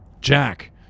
Jack